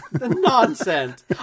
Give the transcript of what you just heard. nonsense